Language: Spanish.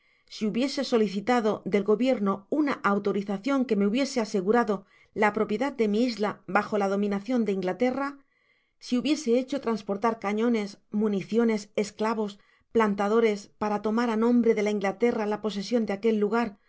si hubiese solicitado del gobierno una autorizacion que me hubiese asegurado la propiedad de mi isla bajola dominacion de inglaterra si hubiese hecho transportar cañones municiones esclavos plantadores para tomar á nombre de la inglaterra la posesion de aquel lugar